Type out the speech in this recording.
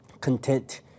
Content